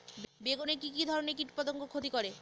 বেগুনে কি কী ধরনের কীটপতঙ্গ ক্ষতি করে?